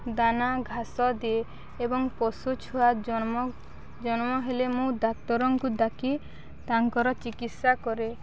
ଦାନା ଘାସ ଦିଏ ଏବଂ ପଶୁ ଛୁଆ ଜନ୍ମ ଜନ୍ମ ହେଲେ ମୁଁ ଡାକ୍ତରଙ୍କୁ ଡାକି ତାଙ୍କର ଚିକିତ୍ସା କରେ